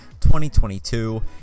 2022